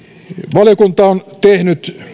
valiokunta on tehnyt